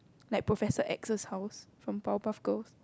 like Professor X's house from Power Puff Girls